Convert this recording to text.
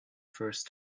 first